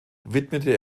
widmete